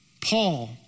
Paul